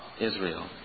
Israel